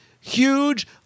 huge